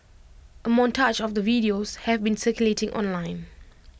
A montage of the videos have been circulating online